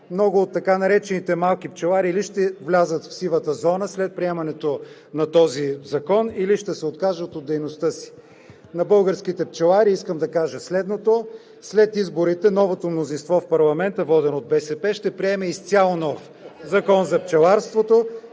много от така наречените малки пчелари или ще влязат в сивата зона след приемането на този закон, или ще се откажат от дейността си. На българските пчелари искам да кажа следното: след изборите новото мнозинство в парламента, водено от БСП, ще приеме изцяло нов Закон за пчеларството